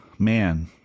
Man